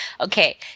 okay